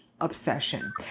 obsession